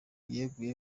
yeguye